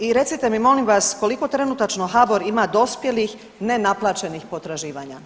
I recite mi, molim vas, koliko trenutačno HBOR ima dospjelih nenaplaćenih potraživanja?